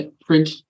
print